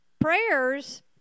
Prayers